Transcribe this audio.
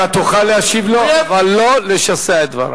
אתה תוכל להשיב לו, אבל לא לשסע את דבריו.